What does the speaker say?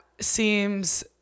seems